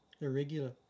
irregular